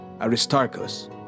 Aristarchus